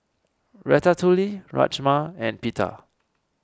Ratatouille Rajma and Pita